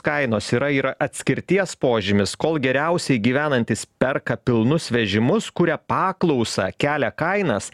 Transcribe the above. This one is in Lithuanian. kainos yra yra atskirties požymis kol geriausiai gyvenantys perka pilnus vežimus kuria paklausą kelia kainas